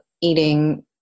eating